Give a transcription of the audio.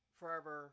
forever